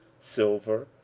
silver,